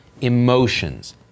emotions